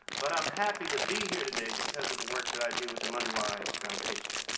but i'm happy to be here today because of the work that i do with the moneywise foundation.